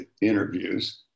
interviews